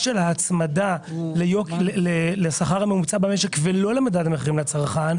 ואז ב"מעריב" הייתה הכותרת: "שכר הח"כים והשרים יופחת,